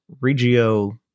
Regio